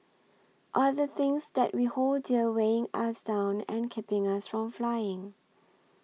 are the things that we hold dear weighing us down and keeping us from flying